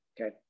okay